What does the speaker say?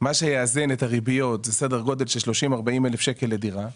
מה שיאזן את הריביות זה סדר גודל של 30,000-40,000 שקלים לדירה,